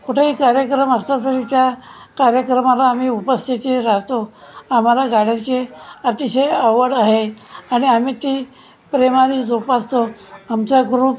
कुठेही कार्यक्रम असला तरी त्या कार्यक्रमाला आम्ही उपस्थिती राहतो आम्हाला गाण्यांची अतिशय आवड आहे आणि आम्ही ती प्रेमाने जोपासतो आमचा ग्रुप